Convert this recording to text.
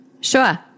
Sure